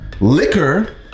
Liquor